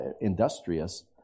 industrious